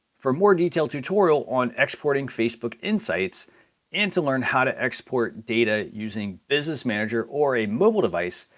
for more detailed tutorial on exporting facebook insights and to learn how to export data using business manager or a mobile device,